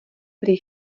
prý